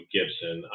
Gibson